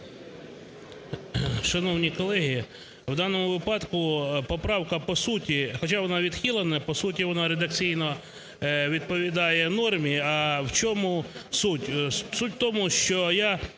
Шановні колеги, в даному випадку поправка по суті, хоча вона відхилена, по суті вона редакційно відповідає нормі. А в чому суть? Суть в тому, що я